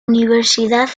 universidad